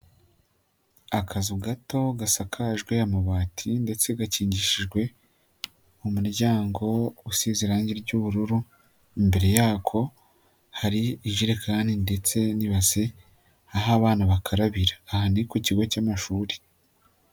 Akazu gato gasakajwe amabati ndetse gakingishijwe mu muryango usize irangi ry'ubururu, Imbere yako hari jerekani ndetse n'ibasi aho abana bakarabira. Aha ni ku kigo cy'amashuri.